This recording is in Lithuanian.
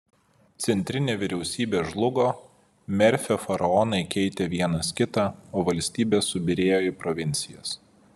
centrinė vyriausybė žlugo merfio faraonai keitė vienas kitą o valstybė subyrėjo į provincijas